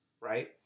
Right